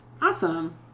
Awesome